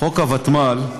חוק הוותמ"ל,